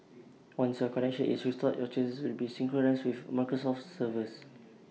once your connection is restored your changes will be synchronised with Microsoft's servers